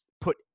put